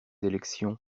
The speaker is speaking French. élections